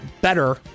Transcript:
better